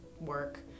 work